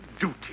duty